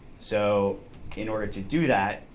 so in order to do that,